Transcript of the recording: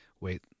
wait